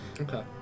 Okay